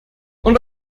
und